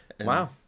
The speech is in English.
Wow